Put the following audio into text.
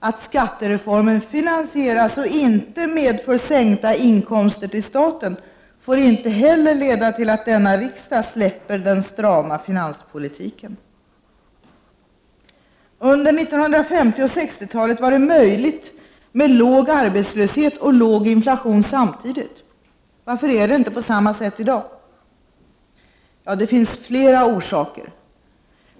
Att skattereformen finansieras och inte medför sänkta inkomster till staten får inte heller leda till att denna riksdag släpper den strama finanspolitiken. Under 1950 och 1960-talet var det möjligt med låg arbetslöshet och låg inflation samtidigt. Varför är det inte det på samma sätt i dag? Det finns flera orsaker.